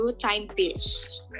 timepiece